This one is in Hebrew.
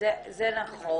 זה נכון.